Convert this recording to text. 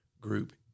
group